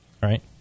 Right